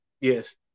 yes